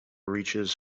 reaches